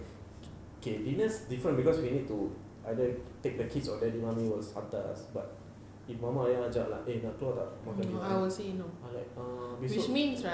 K dinner is different because we need to either take the kids or daddy mummy was hantar us but if mama ayah ajak like eh nak keluar tak makan dinner I'll be like ah besok